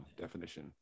definition